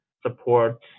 support